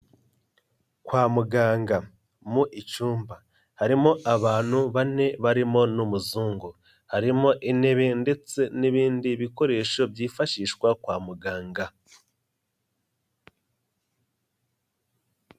Kwa muganga mu icumba harimo abantu bane barimo n'umuzungu, harimo intebe ndetse n'ibindi bikoresho byifashishwa kwa muganga.